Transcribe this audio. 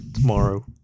tomorrow